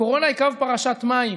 הקורונה היא קו פרשת מים